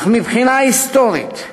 אך מבחינה היסטורית,